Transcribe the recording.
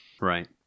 Right